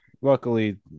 Luckily